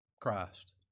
Christ